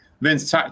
Vince